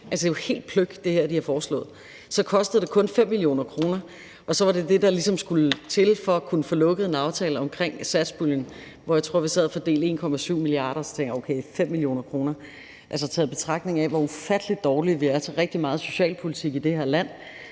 var helt pløk. Så kostede det kun 5 mio. kr., og så var det dét, der ligesom skulle til for at kunne få lukket en aftale om satspuljen, hvor jeg tror vi sad og fordelte 1,7 mia. kr. Så tænkte jeg: Okay, 5 mio. kr. – taget i betragtning, hvor ufattelig dårlige vi er til rigtig meget socialpolitik i det her land,